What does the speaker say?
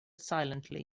silently